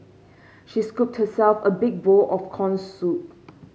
she scooped herself a big bowl of corn soup